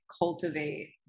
cultivate